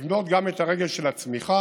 לבנות גם את הרגל של הצמיחה,